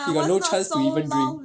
he got no chance to even drink